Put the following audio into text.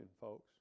folks